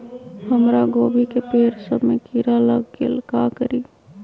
हमरा गोभी के पेड़ सब में किरा लग गेल का करी?